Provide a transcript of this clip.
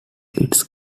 its